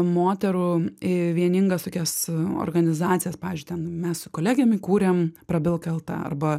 moterų vieningas tokias organizacijas pavyzdžiui ten mes su kolegėm įkūrėm prabilk lt arba